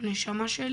הנשמה שלי